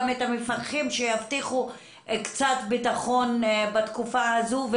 את המפקחים שיבטיחו קצת ביטחון בתקופה הזו,